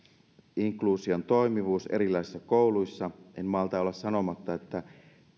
inkluusion toimivuus erilaisissa kouluissa en malta olla sanomatta että